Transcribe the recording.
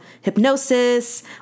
hypnosis